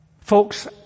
Folks